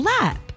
lap